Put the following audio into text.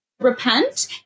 repent